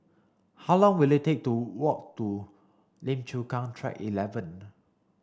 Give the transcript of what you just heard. how long will it take to walk to Lim Chu Kang Track eleven